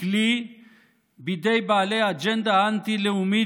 כלי בידי בעלי האג'נדה האנטי-לאומית,